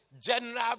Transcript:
General